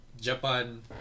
Japan